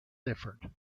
different